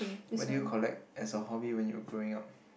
what do you collect as a hobby when you were growing up